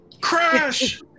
crash